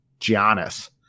Giannis